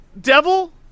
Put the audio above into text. Devil